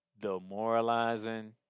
demoralizing